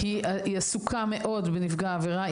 היא עסוקה מאוד בנפגע עבירה.